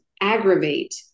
aggravate